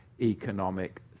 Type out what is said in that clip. economic